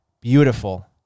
beautiful